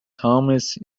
thomas